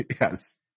yes